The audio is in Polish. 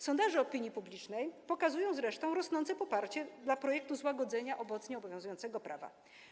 Sondaże opinii publicznej pokazują zresztą rosnące poparcie dla projektu złagodzenia obecnie obowiązującego prawa.